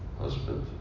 husband